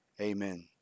Amen